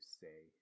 say